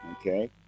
Okay